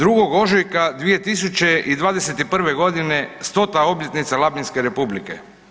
2. ožujka 2021.g. 100-ta obljetnica Labinske republike.